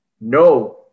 No